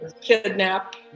kidnap